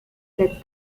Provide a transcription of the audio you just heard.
sets